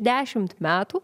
dešimt metų